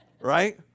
Right